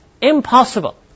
Impossible